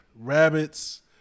rabbits